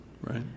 Right